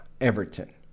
Everton